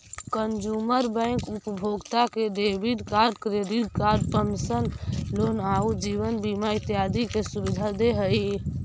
consumer bank उपभोक्ता के debit card, credit card, personal loan आउ जीवन बीमा इत्यादि के सुविधा दे हइ